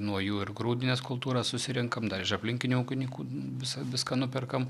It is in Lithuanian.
nuo jų ir grūdines kultūras susirenkam dar iš aplinkinių ūkininkų visą viską nuperkam